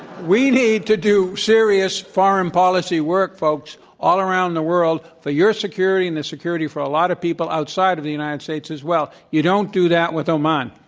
we need to do serious foreign policy work, folks, all around the world for your security and the security for a lot of people outside of the united states as well. you don't do that with oman.